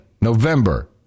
November